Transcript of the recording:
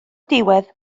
diwedd